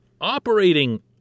Operating